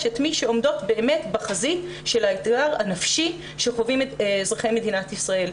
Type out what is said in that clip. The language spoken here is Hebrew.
את מי שעומדות באמת בחזית של האתגר הנפשי שחווים אזרחי מדינת ישראל.